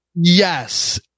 yes